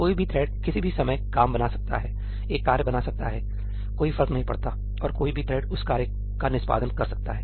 कोई भी थ्रेड् किसी भी समय काम बना सकता है एक कार्य बना सकता है कोई फर्क नहीं पड़ता और कोई भी थ्रेड् उस कार्य का निष्पादन कर सकता है